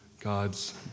God's